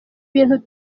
bintu